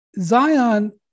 Zion